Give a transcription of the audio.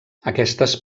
aquestes